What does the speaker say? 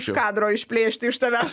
už kadro išplėšti iš tavęs